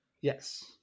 Yes